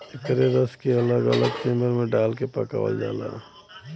एकरे रस के अलग अलग चेम्बर मे डाल के पकावल जाला